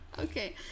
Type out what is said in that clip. Okay